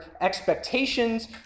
expectations